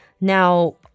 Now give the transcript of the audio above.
Now